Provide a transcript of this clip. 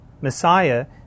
Messiah